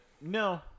No